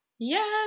Yes